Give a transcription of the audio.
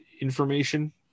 information